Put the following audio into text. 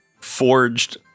forged